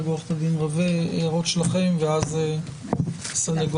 מבלי לפגוע באחרים נדמה לי שזה המשמח